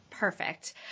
Perfect